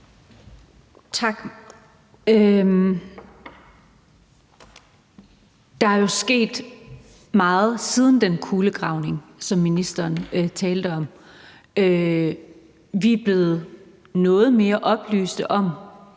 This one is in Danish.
Tak. Der er jo sket meget siden den kulegravning, som ministeren talte om. Vi er blevet noget mere oplyste om,